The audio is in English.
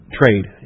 trade